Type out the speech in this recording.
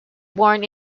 born